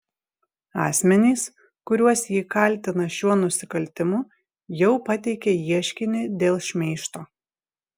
asmenys kuriuos ji kaltina šiuo nusikaltimu jau pateikė ieškinį dėl šmeižto